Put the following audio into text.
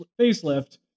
facelift